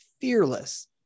fearless